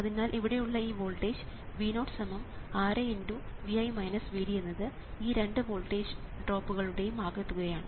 അതിനാൽ ഇവിടെയുള്ള ഈ വോൾട്ടേജ് V0 6× എന്നത് ഈ രണ്ട് വോൾട്ടേജ് ഡ്രോപ്പുകളുടെ ആകെത്തുകയാണ്